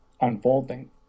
unfolding